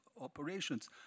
operations